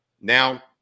Now